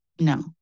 No